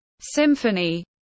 symphony